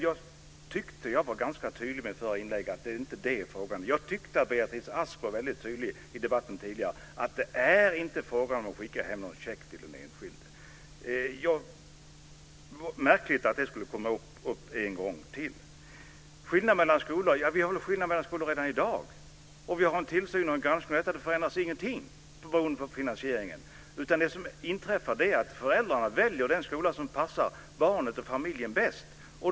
Jag tyckte att jag var tydlig i mitt förra inlägg: Det är inte det frågan gäller. Jag tyckte att Beatrice Ask var väldigt tydlig i debatten tidigare. Det är inte fråga om att skicka hem en check till den enskilde. Det är märkligt att det kom upp en gång till. Det finns skillnader mellan skolor redan i dag. Vi har en tillsyn och en granskning. Ingenting förändras om man ändrar i finansieringen. Det som inträffar är att föräldrarna väljer den skola som passar barnet och familjen bäst.